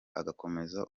agakomereza